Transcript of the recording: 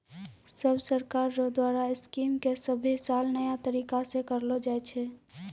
सब सरकार रो द्वारा स्कीम के सभे साल नया तरीकासे करलो जाए छै